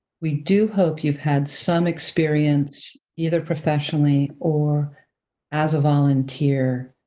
we do hope you've had some experience, either professionally or as a volunteer,